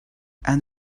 and